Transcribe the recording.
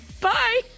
Bye